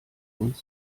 uns